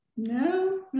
No